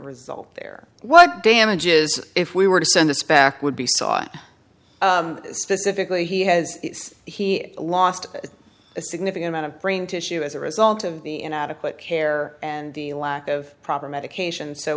result there what damages if we were to send a spec would be sought specifically he has he lost a significant amount of brain tissue as a result of the inadequate care and the lack of proper medication so